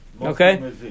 Okay